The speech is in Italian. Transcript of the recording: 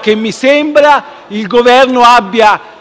che mi sembra il Governo abbia attitudine